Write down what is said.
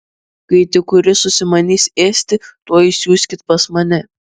kai tik kuris užsimanys ėsti tuoj siųskit pas mane